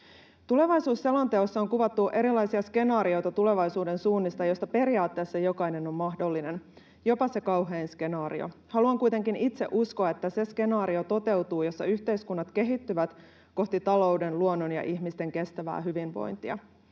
Tulevaisuusselonteossa on kuvattu erilaisia skenaarioita tulevaisuuden suunnista, joista periaatteessa jokainen on mahdollinen, jopa se kauhein skenaario. Haluan kuitenkin itse uskoa, että se skenaario toteutuu, jossa yhteiskunnat kehittyvät kohti talouden, luonnon ja ihmisten kestävää hyvinvointia.